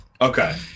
okay